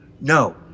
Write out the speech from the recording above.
No